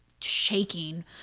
shaking